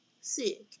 sick